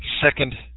second